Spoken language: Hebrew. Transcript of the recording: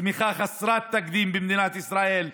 צמיחה חסרת תקדים במדינת ישראל.